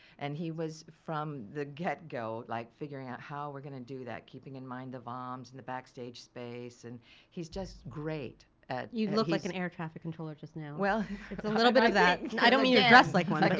and he was from the get-go like figuring out how we're gonna do that keeping in mind the vom's and the backstage space and he's just great at you look like an air traffic controller just now. well it's a little bit of that i don't mean you're dressed like one.